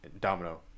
domino